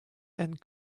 and